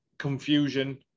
Confusion